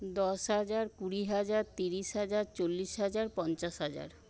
দশ হাজার কুড়ি হাজার তিরিশ হাজার চল্লিশ হাজার পঞ্চাশ হাজার